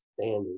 Standard